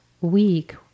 week